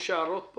יש הערות?